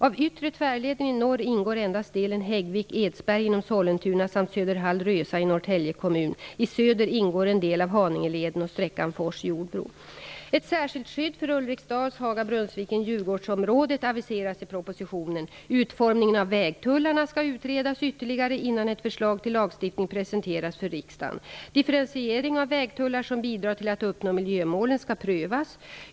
Av Yttre tvärleden i norr ingår endast delen Häggvik--Edsberg inom Sollentuna samt Brunnsviken--Djurgårdsområdet aviseras i propositionen. Utformningen av vägtullarna skall utredas ytterligare innan ett förslag till lagstiftning presenteras för riksdagen. Differentiering av vägtullar som bidrar till att uppnå miljömålen skall prövas.